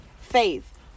faith